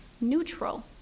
neutral